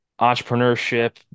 entrepreneurship